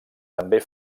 també